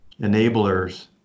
enablers